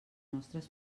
nostres